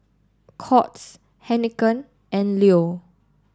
Courts Heinekein and Leo